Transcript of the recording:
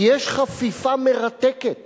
כי יש חפיפה מרתקת